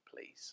please